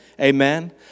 Amen